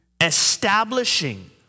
establishing